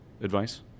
advice